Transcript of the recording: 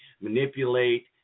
manipulate